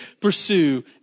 pursue